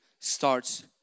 starts